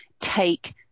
take –